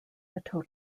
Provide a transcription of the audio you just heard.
total